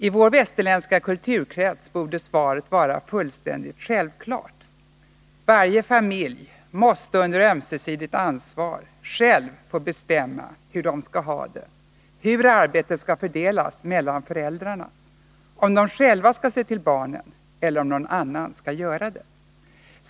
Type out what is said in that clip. I vår västerländska kulturkrets borde svaret vara fullständigt självklart: varje familj måste under ömsesidigt ansvar själv få bestämma hur den skall ha det, hur arbetet skall fördelas mellan föräldrarna, om de själva skall se till barnen eller om någon annan skall göra det.